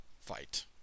fight